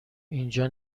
اینجا